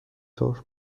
طور